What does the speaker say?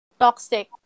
toxic